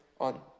on